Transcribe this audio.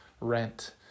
rent